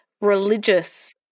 religious